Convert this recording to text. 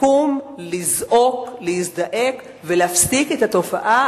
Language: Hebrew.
לקום לזעוק, להזדעק ולהפסיק את התופעה